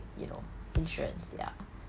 you know insurance ya